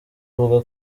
avuga